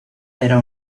era